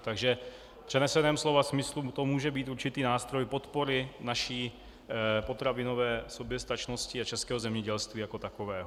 Takže v přeneseném slova smyslu to může být určitý nástroj podpory naší potravinové soběstačnosti a českého zemědělství jako takového.